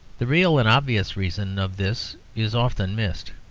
the real and obvious reason of this is often missed.